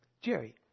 Jerry